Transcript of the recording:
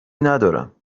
ندارم